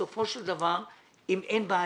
בסופו של דבר זה לא קורה אם אין בעיה.